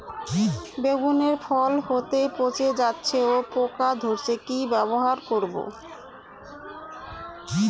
বেগুনের ফল হতেই পচে যাচ্ছে ও পোকা ধরছে কি ব্যবহার করব?